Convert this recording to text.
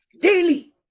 Daily